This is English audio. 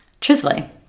truthfully